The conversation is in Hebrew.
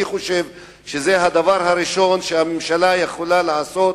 אני חושב שזה הדבר הראשון שהממשלה יכולה לעשות,